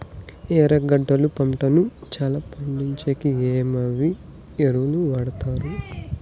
ఎర్రగడ్డలు పంటను చానా పండించేకి ఏమేమి ఎరువులని వాడాలి?